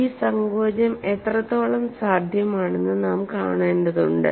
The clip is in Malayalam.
ഈ സങ്കോചം എത്രത്തോളം സാധ്യമാണെന്ന് നാം കാണേണ്ടതുണ്ട്